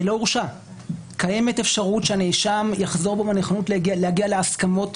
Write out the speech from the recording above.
קיימת אפשרות שהנאשם יחזור בו מהנכונות להגיע להסכמות.